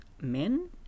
men